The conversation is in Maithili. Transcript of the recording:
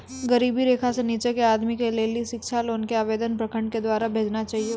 गरीबी रेखा से नीचे के आदमी के लेली शिक्षा लोन के आवेदन प्रखंड के द्वारा भेजना चाहियौ?